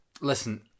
listen